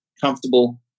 comfortable